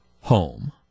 home